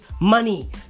money